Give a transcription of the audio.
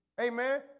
Amen